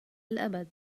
الأبد